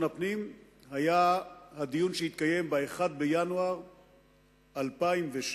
הפנים היה הדיון שהתקיים ב-1 בינואר 2006,